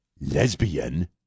lesbian